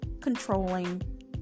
controlling